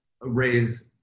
raise